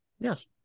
Yes